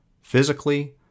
physically